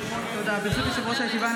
ברשות יושב-ראש הישיבה,